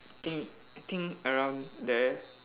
I think I think around there